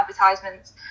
advertisements